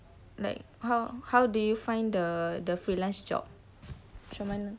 like how how do you find the freelance job macam mana